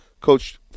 Coach